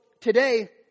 today